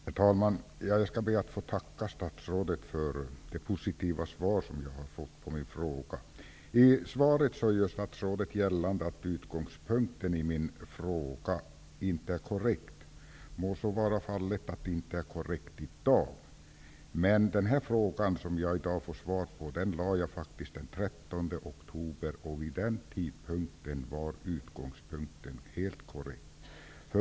Herr talman! Jag ber att få tacka statsrådet för det positiva svaret på min fråga. I svaret gör statsrådet gällande att utgångspunkten för min fråga inte är korrekt. Det må vara att den inte är korrekt i dag. Men den fråga som jag i dag får svar på framställde jag faktiskt den 13 oktober. Vid den tidpunkten var utgångspunkten helt korrekt.